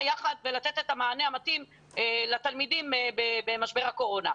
יחד ולתת את המענה המתאים לתלמידים במשבר הקורונה.